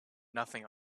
nothing